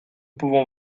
pouvons